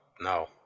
no